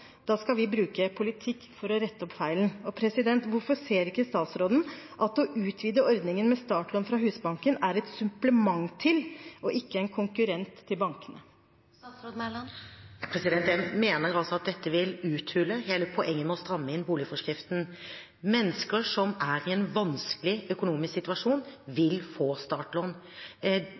da skal vi bruke politikk for å rette opp feilen. Hvorfor ser ikke statsråden at å utvide ordningen med startlån fra Husbanken er et supplement til og ikke en konkurrent til bankene? Jeg mener at dette vil uthule hele poenget med å stramme inn boliglånsforskriften. Mennesker som er i en vanskelig økonomisk situasjon, vil få startlån.